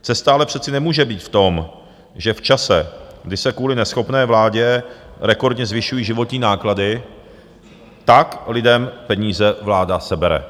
Cesta ale přece nemůže být v tom, že v čase, kdy se kvůli neschopné vládě rekordně zvyšují životní náklady, tak lidem peníze vláda sebere.